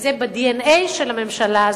וזה ב-DNA של הממשלה.